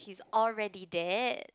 he's already there